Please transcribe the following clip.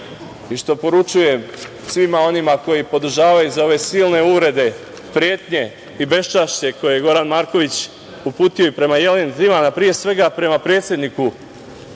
koji poručuje svima onima koji podržavaju za ove silne uvrede, pretnje i beščašće, koje je Goran Marković, uputio prema Jeleni Trivan, a pre svega prema predsedniku